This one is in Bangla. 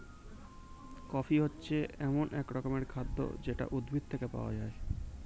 কফি হচ্ছে এক রকমের খাদ্য যেটা উদ্ভিদ থেকে পাওয়া যায়